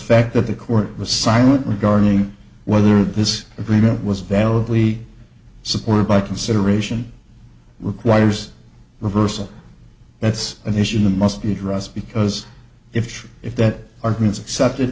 fact that the court was silent regarding whether this agreement was valid lea supported by consideration requires reversal that's an issue that must be addressed because if if that argument's accepted